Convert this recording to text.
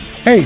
Hey